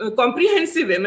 comprehensive